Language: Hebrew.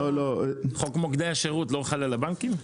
חוק מוקדי השירות לא חל על הבנקים?